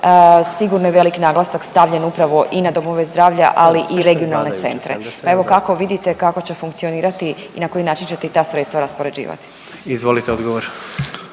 sigurno je velik naglasak stavljen upravo i na domove zdravlja, ali i na regionalne centre. Pa evo, kako vidite kako će funkcionirati i na koji način ćete i ta sredstva raspoređivati? **Jandroković,